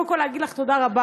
תודה.